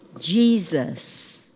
Jesus